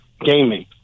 gaming